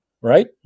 right